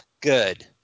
good